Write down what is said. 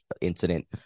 incident